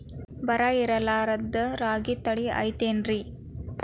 ಬರ ಇರಲಾರದ್ ರಾಗಿ ತಳಿ ಐತೇನ್ರಿ?